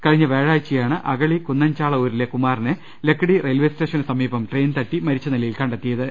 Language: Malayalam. കഴിഞ്ഞ വ്യാഴാഴ്ചയാണ് അഗളി കുന്നൻ ചാള ഊരിലെ കുമാറിനെ ലക്കിടി റയിൽവേ സ്റ്റേഷന് സമീപം ട്രെയിൻ തട്ടി മരിച്ച നിലയിൽ കണ്ടെത്തിയത്